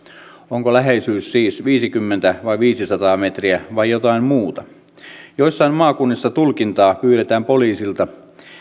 onko läheisyys siis viisikymmentä vai viisisataa metriä vai jotain muuta joissain maakunnissa tulkintaa pyydetään poliisilta